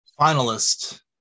Finalist